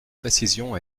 précision